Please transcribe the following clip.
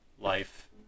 life